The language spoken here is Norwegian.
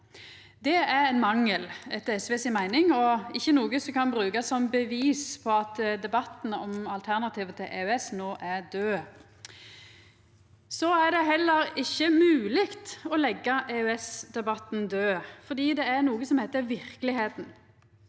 Det er ein mangel, etter SV si meining, og ikkje noko ein kan bruka som bevis på at debatten om alternativ til EØS no er død. Det er heller ikkje mogleg å leggja EØS-debatten død, for det er noko som heiter verkelegheita.